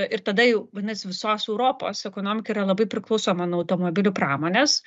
ir tada jau vadinasi visos europos ekonomika yra labai priklausoma nuo automobilių pramonės